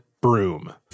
broom